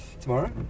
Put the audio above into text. tomorrow